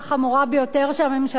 שהממשלה אחראית לה,